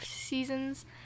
seasons